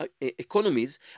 economies